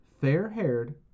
fair-haired